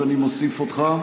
אז אני מוסיף אותך.